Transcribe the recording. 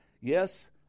Yes